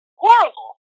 horrible